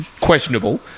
questionable